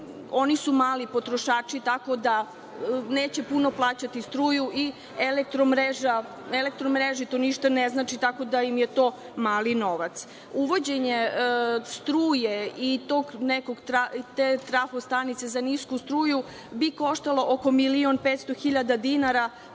oni su mali potrošači, tako da neće puno plaćati struju i Elektromreži to ništa ne znači, tako da im je to mali novac. Uvođenje struje i tok te trafo stanice za nisku struju bi koštalo oko milion 500 hiljada dinara,